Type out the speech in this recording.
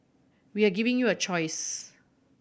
we are giving you a choice